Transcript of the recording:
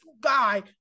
guy